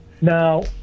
Now